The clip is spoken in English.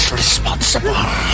responsible